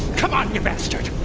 come on, you bastard!